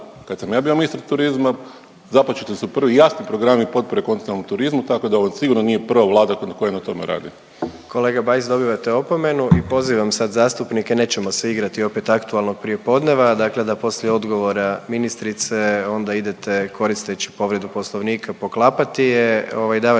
kad sam ja bio ministar turizma, započeti su prvi jasni programi potpore kontinentalnom turizmu, tako da ovo sigurno nije prva vlada koja na tome radi. **Jandroković, Gordan (HDZ)** Kolega Bajs, dobivate opomenu i pozivam sad zastupnike, nećemo se igrati opet aktualnog prijepodneva. Dakle da poslije odgovora ministrice onda idete koristeći povredu Poslovnika poklapati je, ovaj,